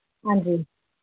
हां जी